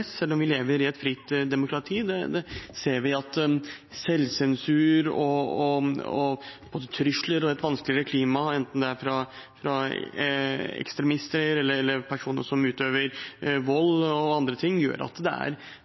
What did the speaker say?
selv om vi lever i et fritt demokrati. Det ser vi av selvsensur og trusler og et vanskeligere klima, enten det er ekstremister, personer som utøver vold, eller andre ting som gjør at det